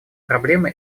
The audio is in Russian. проблемы